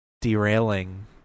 derailing